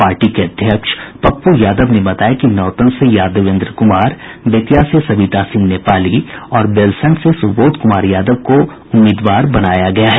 party के अध्यक्ष पप्प् यादव ने बताया कि नौतन से यादवेन्द्र कुमार बेतिया से सबिता सिंह नेपाली और बेलसंड से सुबोध कुमार यादव को उम्मीदवार बनाया गया है